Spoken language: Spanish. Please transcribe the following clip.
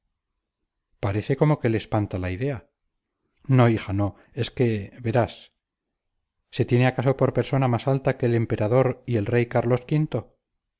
parece como que le espanta la idea no hija no es que verás se tiene acaso por persona más alta que el emperador y rey carlos